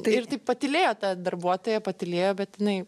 tai ir taip pakylėjo ta darbuotoja patylėjo bet jinai